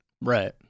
Right